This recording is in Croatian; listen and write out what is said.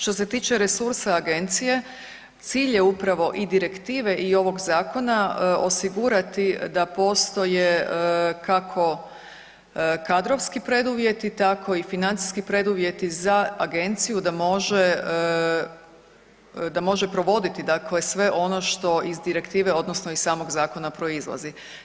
Što se tiče resursa agencije cilj je upravo i direktive i ovog zakona osigurati da postoje kako kadrovski preduvjeti tako i financijski preduvjeti za agenciju da može, da može provoditi dakle sve ono što iz direktive odnosno iz samog zakona proizlazi.